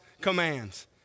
commands